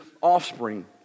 offspring